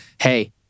Hey